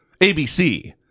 ABC